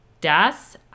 Das